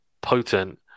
potent